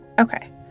Okay